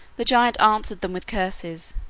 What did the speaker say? the giant answered them with curses,